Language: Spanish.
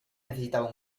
necesitaba